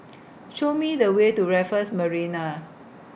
Show Me The Way to Raffles Marina